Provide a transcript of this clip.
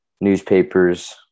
newspapers